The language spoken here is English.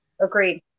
Agreed